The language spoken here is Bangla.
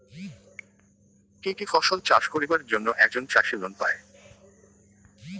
কি কি ফসল চাষ করিবার জন্যে একজন চাষী লোন পায়?